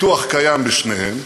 הפיתוח קיים בשניהם.